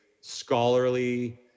scholarly